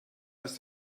dass